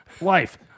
Life